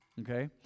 Okay